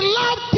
love